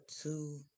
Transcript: two